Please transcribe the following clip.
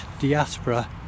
diaspora